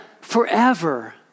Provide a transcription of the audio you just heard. forever